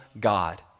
God